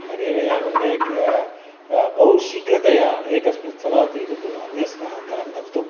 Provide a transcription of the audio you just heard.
रेलयागमने क बहु शीघ्रतया एकस्मिन् स्थलात् अन्यस्थलं गन्तुम्